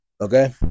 Okay